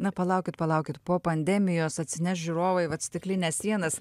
na palaukit palaukit po pandemijos atsineš žiūrovai vat stiklines sienas